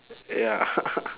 ya